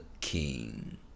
king